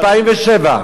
ב-2007,